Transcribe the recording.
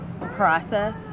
process